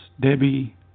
Debbie